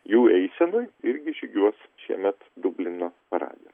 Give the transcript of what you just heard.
jų eisenoj irgi žygiuos šiemet dublino parade